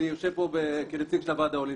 אני יושב פה כנציג של הוועד האולימפי,